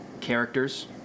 characters